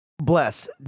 Bless